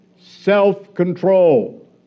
Self-control